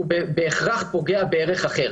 הוא פוגע בהכרח בערך אחר.